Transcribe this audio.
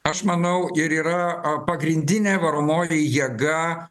aš manau ir yra a pagrindinė varomoji jėga